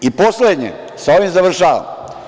Poslednje, sa ovim završavam.